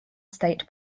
state